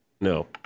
No